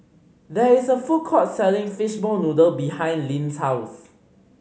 there is a food court selling fishball noodle behind Linn's house